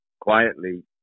quietly